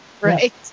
Right